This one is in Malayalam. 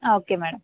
ആ ഓക്കെ മേഡം